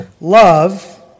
love